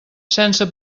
sense